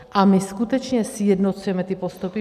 A my skutečně sjednocujeme ty postupy.